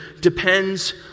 depends